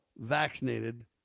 vaccinated